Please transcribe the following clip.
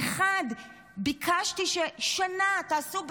באחד ביקשתי ששנה תעשו,